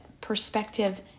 perspective